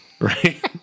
Right